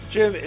Jim